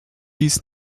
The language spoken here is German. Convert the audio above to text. dies